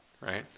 right